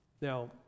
Now